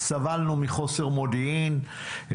סבלנו מחוסר מודיעין,